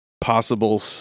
possible